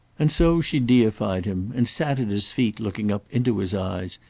and so she deified him, and sat at his feet looking up into his eyes,